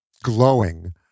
glowing